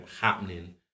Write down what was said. happening